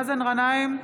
מאזן גנאים,